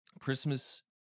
christmas